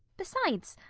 besides,